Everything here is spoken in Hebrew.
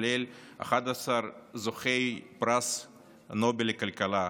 כולל 11 זוכי פרס נובל לכלכלה,